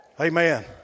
Amen